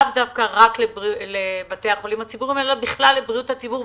לאו דווקא רק לבתי החולים הציבוריים אלא בכלל לבריאות הציבור,